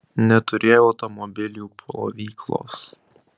neturėjo automobilių plovyklos